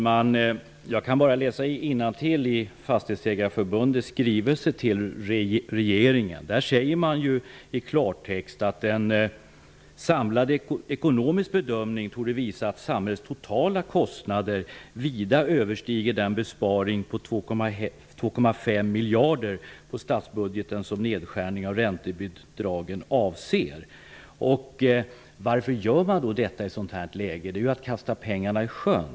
Fru talman! Låt mig läsa innantill i Fastighetsägareförbundets skrivelse till regeringen, där man i klartext framhåller: ''En samlad ekonomisk bedömning torde visa att samhällets totala kostnader vida överstiger den besparing på Varför vidtar man denna åtgärd i ett sådant här läge? Det är ju att kasta pengarna i sjön.